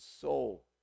soul